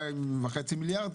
2.5 מיליארד,